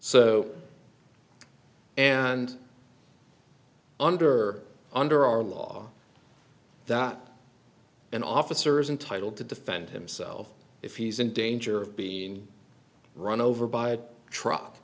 so and under under our law that an officer is entitled to defend himself if he's in danger of being run over by a